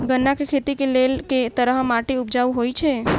गन्ना केँ खेती केँ लेल केँ तरहक माटि उपजाउ होइ छै?